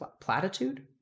platitude